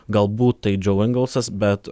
galbūt tai džeu engelsas bet